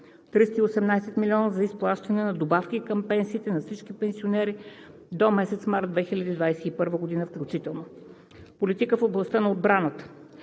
318,0 млн. лв. за изплащане на добавки към пенсиите на всички пенсионери до месец март 2021 г., включително. Политика в областта на отбраната